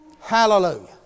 Hallelujah